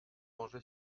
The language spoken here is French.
mangé